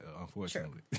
unfortunately